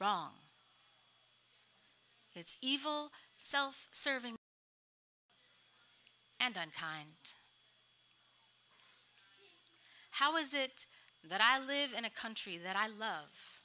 wrong it's evil self serving and unkind how is it that i live in a country that i love